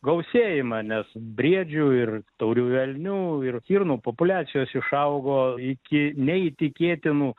gausėjimą nes briedžių ir tauriųjų elnių ir stirnų populiacijos išaugo iki neįtikėtinų